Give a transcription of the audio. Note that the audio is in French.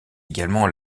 également